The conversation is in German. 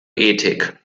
ethik